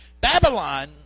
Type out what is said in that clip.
Babylon